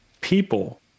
people